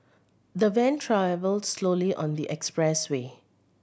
the van travelled slowly on the expressway